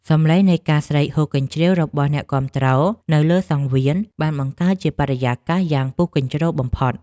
សំឡេងនៃការស្រែកហ៊ោកញ្ជ្រៀវរបស់អ្នកគាំទ្រនៅសង្វៀនបានបង្កើតជាបរិយាកាសយ៉ាងពុះកញ្ជ្រោលបំផុត។